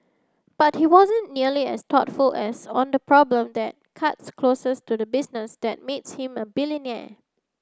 but he wasn't nearly as thoughtful as on the problem that cuts closest to the business that makes him a